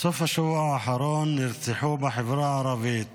בסוף השבוע האחרון נרצחו בחברה הערבית